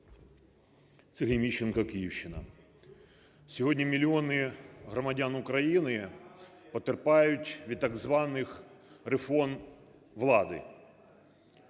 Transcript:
Сергій Міщенко, Київщина. Сьогодні мільйони громадян України потерпають від так званих реформ влади.